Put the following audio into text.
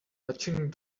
touching